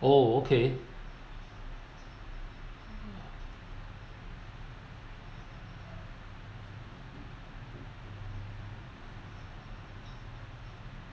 oh okay